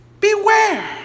Beware